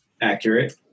accurate